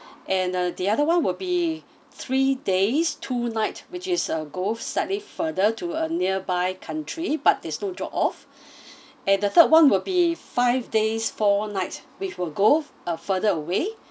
and uh the other one will be three days two night which is a goes slightly further to a nearby country but there's no drop off and the third one will be five days four nights which will go uh further away